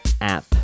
app